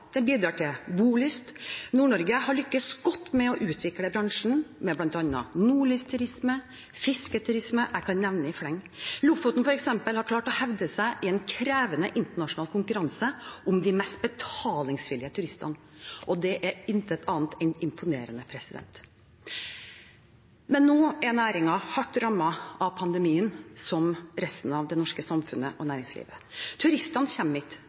den bidrar til bolyst. Nord-Norge har lyktes godt med å utvikle bransjen, med bl.a. nordlysturisme, fisketurisme – jeg kan nevne i fleng. Lofoten f.eks. har klart å hevde seg i en krevende internasjonal konkurranse om de mest betalingsvillige turistene. Det er intet annet enn imponerende. Men nå er næringen hardt rammet av pandemien, som resten av det norske samfunnet og